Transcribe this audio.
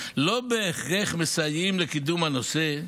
לא בהכרח מסייעת לקידום הנושא,